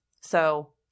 So-